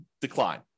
decline